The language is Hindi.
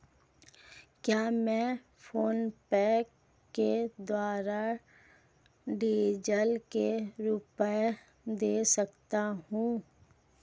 क्या मैं फोनपे के द्वारा डीज़ल के रुपए दे सकता हूं?